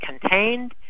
contained